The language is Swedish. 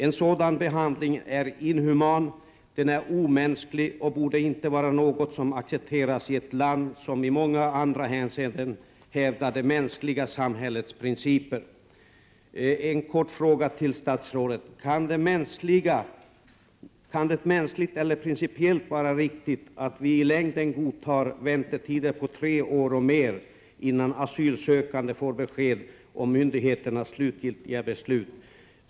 En sådan Prot. 1988/89:6 behandling är omänsklig och borde inte accepteras i ett land som i många 6 oktober 1988 andra hänseenden hävdar det mänskliga samhällets principer. En kort fråga till statsrådet: Kan det mänskligt eller principiellt vara riktigt att vi i längden godtar väntetider på tre år och mer innan asylsökande får besked om myndigheternas slutgiltiga beslut?